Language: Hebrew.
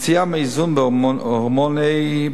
יציאה מאיזון בהורמון A,